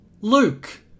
Luke